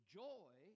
joy